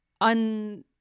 un